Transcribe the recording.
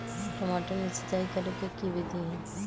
टमाटर में सिचाई करे के की विधि हई?